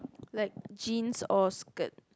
like Jeans or skirt